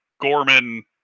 Gorman